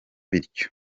bityo